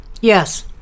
Yes